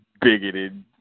bigoted